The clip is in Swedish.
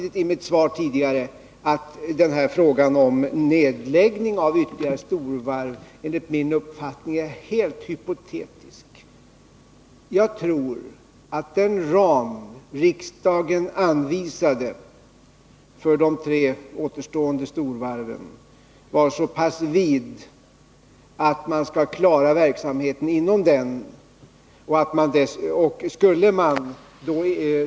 I mitt svar sade jag också att frågan om nedläggning av ytterligare storvarv, enligt min uppfattning, är helt hypotetisk. Jag tror att de ramar som riksdagen anvisade för de tre återstående storvarven är så pass vida att man kan klara verksamheten inom dessa.